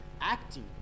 acting